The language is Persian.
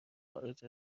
خارج